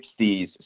60s